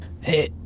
Hey